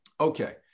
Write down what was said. Okay